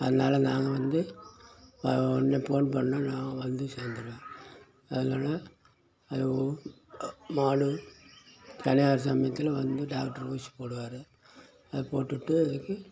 அதனால நாங்கள் வந்து ஒடனே போன் பண்ணோம் நான் வந்து சேந்திர்வேன் அதனால் அது மாடு சினையாகுற சமயத்தில் வந்து டாக்ட்ரு ஊசி போடுவார் அது போட்டுவிட்டு அதுக்கு